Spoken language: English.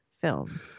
film